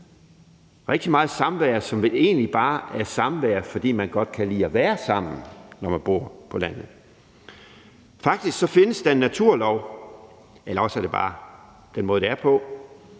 rigtig meget samvær, som vel egentlig bare er samvær, fordi man godt kan lide at være sammen, når man bor på landet. Faktisk findes der en naturlov, eller også er det bare den måde, det er på,